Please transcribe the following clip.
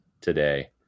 today